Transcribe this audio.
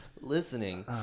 listening